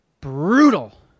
Brutal